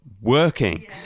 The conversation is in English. working